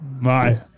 Bye